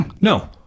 no